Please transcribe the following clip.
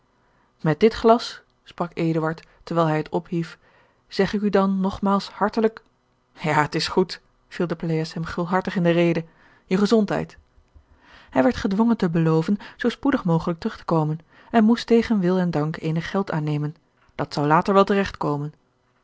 met dit glas sprak eduard terwijl hij het ophief zeg ik u dan nogmaals hartelijk ja t is goed viel de pleyes hem gulhartig in de rede je gezondheid hij werd gedwongen te beloven zoo spoedig mogelijk terug te komen en moest tegen wil en dank eenig geld aannemen dat zou later wel